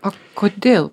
o kodėl